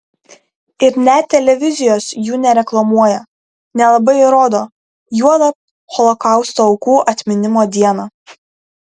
ir net televizijos jų nereklamuoja nelabai ir rodo juolab holokausto aukų atminimo dieną